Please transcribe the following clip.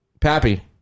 pappy